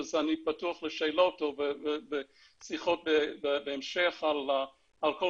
אני פתוח לשאלות או לשיחות בהמשך על כל